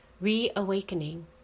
Reawakening